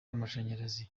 amashanyarazi